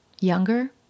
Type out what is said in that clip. Younger